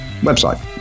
website